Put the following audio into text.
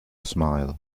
smile